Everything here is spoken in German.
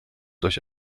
durch